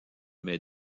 mes